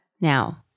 Now